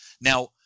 Now